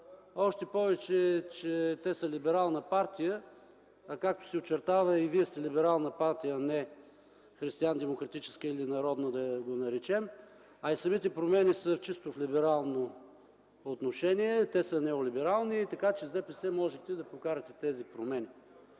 Още повече, че те са либерална партия, а, както се очертава, и вие сте либерална партия, не християндемократическа или народна, да я наречем, а и самите промени са чисто в либерално отношение. Те са неолиберални, така че с ДПС можехте да прокарате тези промени,